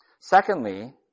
Secondly